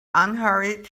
unhurried